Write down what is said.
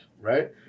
Right